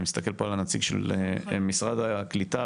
אני מסתכל פה על הנציג של משרד הקליטה.